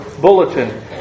bulletin